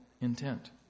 intent